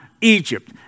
Egypt